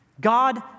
God